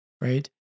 Right